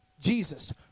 Jesus